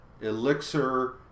Elixir